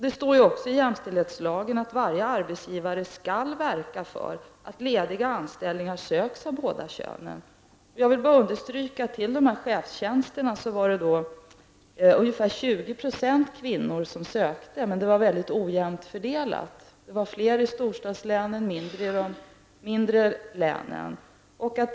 Det står ju också i jämställdhetslagen att varje arbetsgivare skall verka för att lediga anställningar söks av båda könen. Jag vill bara understryka att till de här chefstjänsterna så var det ungefär 20 % kvinnor som sökte, men det var mycket ojämt fördelat över landet. Det var fler kvinnor i storstadslänen och färre i de mindre länen.